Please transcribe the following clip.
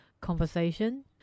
Conversation